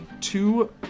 Two